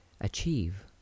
achieve